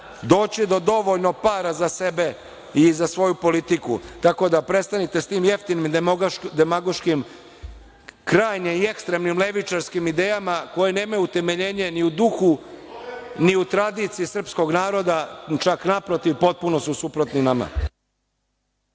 doći do dovoljno para za sebe i za svoju politiku, tako da prestanite sa tim jeftinim demagoškim krajnje i ekstremno levičarskim idejama koje nemaju utemeljenje ni u duhu, ni u tradiciji srpskog naroda, čak, naprotiv, potpuno su suprotni nama.